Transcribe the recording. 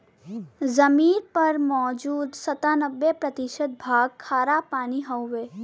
जमीन पर मौजूद सत्तानबे प्रतिशत भाग खारापानी हउवे